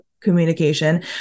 communication